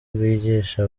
bwigisha